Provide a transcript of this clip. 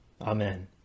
Amen